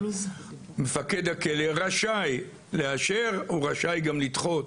מפקד הכלא רשאי לאשר או לדחות.